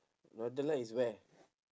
northern light is where